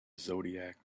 zodiac